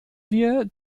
wir